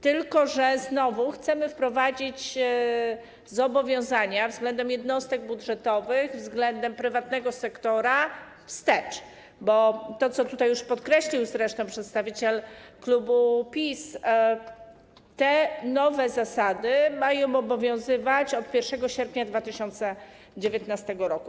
Tylko że znowu chcemy wprowadzić zobowiązania względem jednostek budżetowych, względem prywatnego sektora wstecz, bo jak tutaj już podkreślił zresztą przedstawiciel klubu PiS, te nowe zasady mają obowiązywać od 1 sierpnia 2019 r.